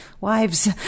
wives